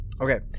okay